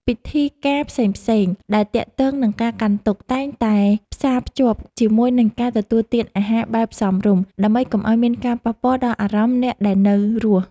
ពិធីការផ្សេងៗដែលទាក់ទងនឹងការកាន់ទុក្ខតែងតែផ្សារភ្ជាប់ជាមួយនឹងការទទួលទានអាហារបែបសមរម្យ ដើម្បីកុំឱ្យមានការប៉ះពាល់ដល់អារម្មណ៍អ្នកដែលនៅរស់។